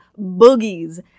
boogies